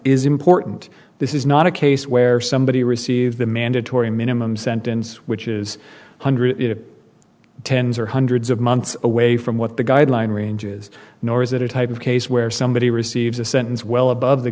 is important this is not a case where somebody received a mandatory minimum sentence which is one hundred tens or hundreds of months away from what the guideline range is nor is it a type of case where somebody receives a sentence well above the